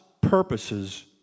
purposes